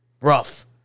Rough